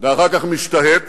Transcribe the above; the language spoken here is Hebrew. אחר כך משתהית